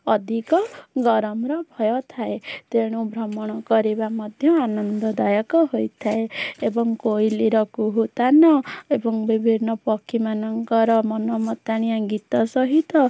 ଅଧିକ ଗରମର ଭୟ ଥାଏ ତେଣୁ ଭ୍ରମଣ କରିବା ମଧ୍ୟ ଆନନ୍ଦଦାୟକ ହୋଇଥାଏ ଏବଂ କୋଇଲିର କୁହୁତାନ ଏବଂ ବିଭିନ୍ନ ପକ୍ଷୀମାନଙ୍କର ମନ ମତାଣିଆ ଗୀତ ସହିତ